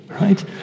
right